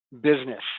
business